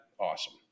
Awesome